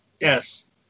Yes